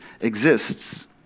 exists